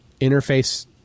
interface